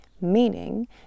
Meaning